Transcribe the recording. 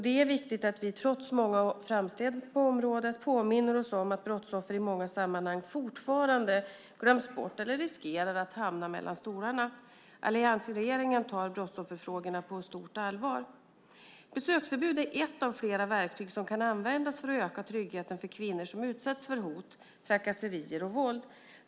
Det är viktigt att vi, trots många framsteg på området, påminner oss om att brottsoffer i många sammanhang fortfarande glöms bort eller riskerar att hamna mellan stolarna. Alliansregeringen tar brottsofferfrågorna på stort allvar. Besöksförbud är ett av flera verktyg som kan användas för att öka tryggheten för kvinnor som utsätts för hot, trakasserier och våld.